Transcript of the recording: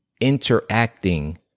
interacting